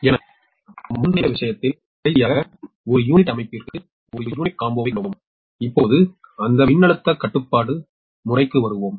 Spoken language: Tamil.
எனவே முந்தைய விஷயத்தில் கடைசியாக ஒரு யூனிட் அமைப்பிற்கு ஒரு யூனிட் காம்போவைக் கண்டோம் இப்போது அந்த மின்னழுத்த கட்டுப்பாட்டு முறைக்கு வருவோம்